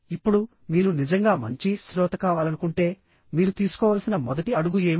ఇప్పుడు మీరు నిజంగా మంచి శ్రోత కావాలనుకుంటే మీరు తీసుకోవలసిన మొదటి అడుగు ఏమిటి